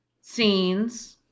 scenes